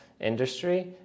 industry